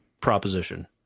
proposition